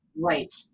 Right